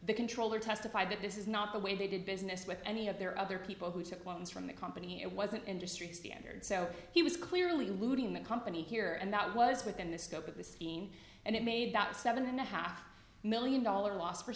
the controller testified that this is not the way they did business with any of their other people who took loans from the company it was an industry standard so he was clearly looting the company here and that was within the scope of the scheme and it made that seven and a half million dollar loss for